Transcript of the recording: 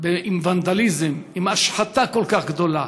לאחר ונדליזם, עם השחתה כל כך גדולה,